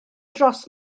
dros